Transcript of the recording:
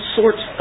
sorts